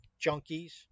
junkies